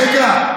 רגע,